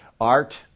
art